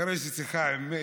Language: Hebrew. אחרי השיחה עם מאיר.